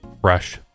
fresh